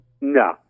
No